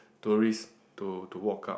tourists to to walk up